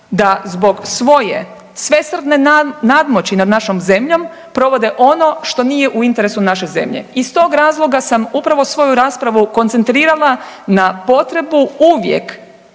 da zbog svoje svesrdne nadmoći nad našom zemljom provode ono što nije u interesu naše zemlje i iz tog razloga sam upravo svoju raspravu koncentrirala na potrebu uvijek